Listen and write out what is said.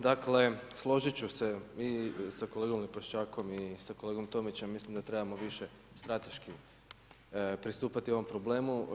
Dakle složit ću se i sa kolegom Lipošćakom i sa kolegom Tomićem, mislim da trebamo više strateški pristupati ovom problemu.